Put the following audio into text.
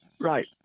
Right